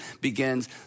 begins